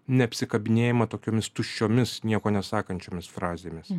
neapsikabinėjama tokiomis tuščiomis nieko nesakančiomis frazėmis